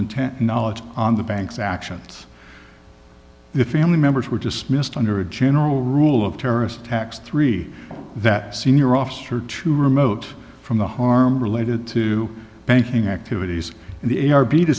in knowledge on the banks actions the family members were dismissed under a general rule of terrorist attacks three that senior officer to remote from the harm related to banking activities and the a r b